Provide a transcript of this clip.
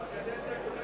בקדנציה הקודמת היית בעד.